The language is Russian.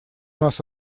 нас